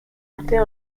monter